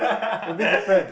a bit different